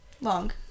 long